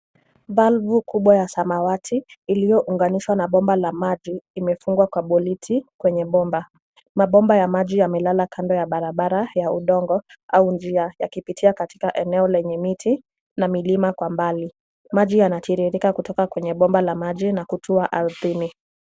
Balbu kubwa ya samawati iliyounganishwa na bomba la maji imefungwa kwa bolti kwenye bomba. Mabomba ya maji yamelala kando ya barabara ya udongo au njia yakipitia katika eneo lenye miti na milima kwa mbali. Maji yanatiririka kutoka kwenye bomba la maji na kutua ardhini.